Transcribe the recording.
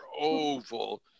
Oval